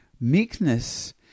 Meekness